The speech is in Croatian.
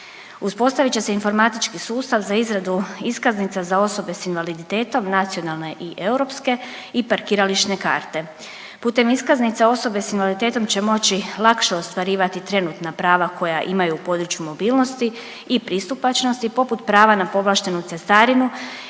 Uspostavit će se informatički sustav za izradu iskaznica za osobe s invaliditetom nacionalne i europske i parkirališne karte. Putem iskaznice osobe s invaliditetom će moći lakše ostvarivati trenutna prava koja imaju u području mobilnosti i pristupačnosti poput prava na povlaštenu cestarinu